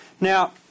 Now